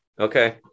Okay